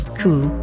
cool